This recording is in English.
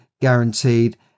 guaranteed